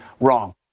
wrong